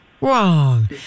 Wrong